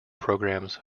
programs